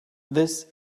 this